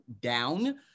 down